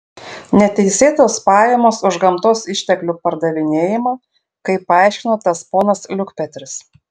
neteisėtos pajamos už gamtos išteklių pardavinėjimą kaip paaiškino tas ponas liukpetris